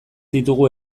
ditugu